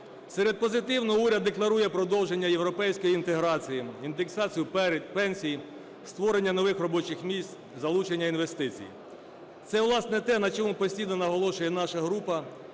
Серед позитивного. Уряд декларує продовження європейської інтеграції, індексацію пенсій, створення нових робочих місць, залучення інвестицій. Це, власне, те, на чому постійно наголошує наша група,